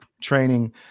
training